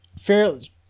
Fairly